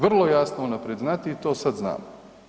Vrlo jasno unaprijed znati i to sad znamo.